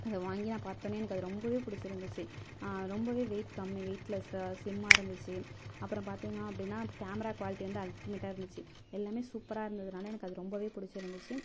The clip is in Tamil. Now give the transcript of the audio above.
இதை வாங்கி நான் பாத்தொடனே எனக்கு அது ரொம்பவே பிடிச்சி இருந்துச்சு ரொம்பவே வெயிட் கம்மி வெயிட் லெஸ்ஸாக ஸ்லிம்மாக இருந்துச்சு அப்பறம் பார்த்திங்க அப்படின்னா கேமரா குவாலிட்டி வந்து அல்டிமேட்டாக இருந்துச்சு எல்லாமே சூப்பராக இருந்ததுனால் எனக்கு அது ரொம்பவே பிடிச்சி இருந்துச்சு